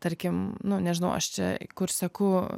tarkim nu nežinau aš čia kur seku